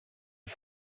die